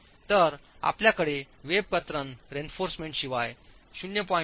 तर आपल्याकडे वेब कतरण रीइन्फोर्समेंट शिवाय 0